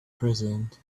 present